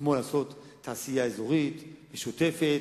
כמו לעשות תעשייה אזורית, משותפת,